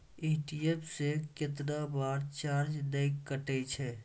ATM से कैतना बार चार्ज नैय कटै छै?